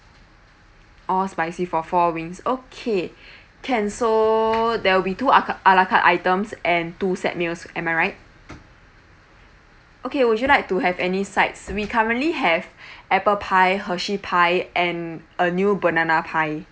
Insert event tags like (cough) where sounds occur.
all spicy for four wings okay (breath) can so there will be two a carte a la carte items and two set meals am I right okay would you like to have any sides we currently have (breath) apple pie hershey pie and a new banana pie